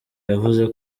yavuze